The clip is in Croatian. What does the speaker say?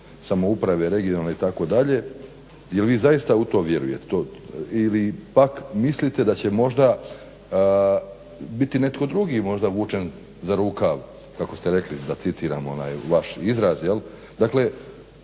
samouprave itd. jel vi zaista u to vjerujete ili pak mislite da će možda biti netko drugi možda vučen za rukav kako ste rekli da citiram onaj vaš izraz?